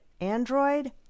Android